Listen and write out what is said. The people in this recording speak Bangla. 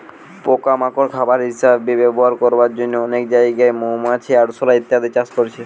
পোকা মাকড় খাবার হিসাবে ব্যবহার করবার জন্যে অনেক জাগায় মৌমাছি, আরশোলা ইত্যাদি চাষ করছে